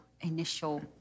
initial